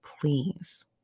please